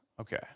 Okay